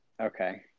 Okay